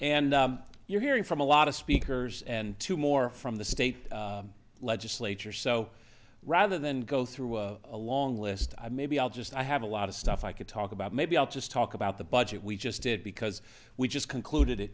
and you're hearing from a lot of speakers and to more from the state legislature so rather than go through a long list i maybe i'll just i have a lot of stuff i could talk about maybe i'll just talk about the budget we just did because we just concluded